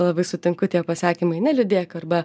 labai sutinku tie pasakymai neliūdėk arba